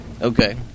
Okay